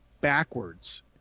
backwards